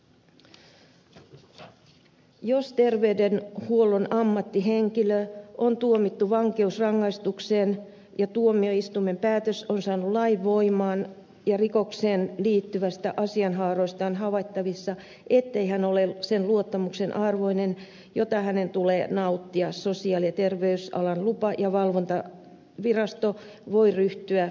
muu kuin ammattitoiminnassa tehty rikos jos terveydenhuollon ammattihenkilö on tuomittu vankeusrangaistukseen ja tuomioistuimen päätös on saanut lainvoiman ja jos rikokseen liittyvistä asianhaaroista on havaittavissa ettei hän ole sen luottamuksen arvoinen jota hänen tulee nauttia sosiaali ja terveysalan lupa ja valvontavirasto voi ryhtyä